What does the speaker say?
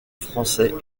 français